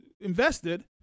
invested